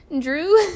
Drew